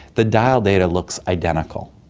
the dial data looks identical,